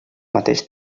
mateix